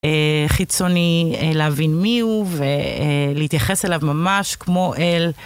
חיצוני להבין מיהו ולהתייחס אליו ממש כמו אל.